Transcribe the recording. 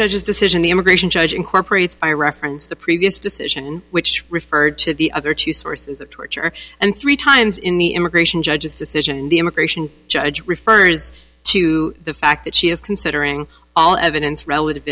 judge's decision the immigration judge incorporates i referenced the previous decision which referred to the other two sources of torture and three times in the immigration judges decision the immigration judge refers to the fact that she is considering all evidence relative